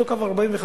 אותו קו 45,